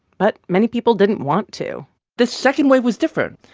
but many people didn't want to the second wave was different.